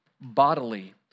bodily